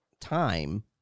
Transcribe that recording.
time